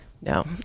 No